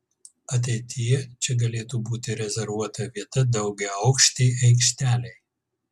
ateityje čia galėtų būti rezervuota vieta daugiaaukštei aikštelei